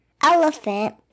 Elephant